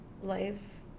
Life